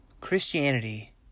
Christianity